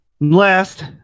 last